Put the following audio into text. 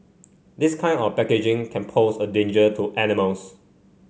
this kind of packaging can pose a danger to animals